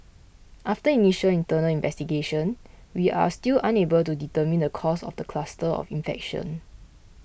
after initial internal investigation we are still unable to determine the cause of the cluster of infection